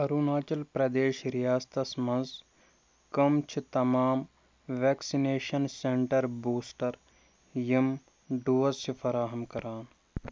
اُروٗناچل پرٛدیش ریاستس مَنٛز کٕم چھِ تمام ویکسِنیشن سینٛٹر بوٗسٹر یِم ڈوز چھِ فراہَم کران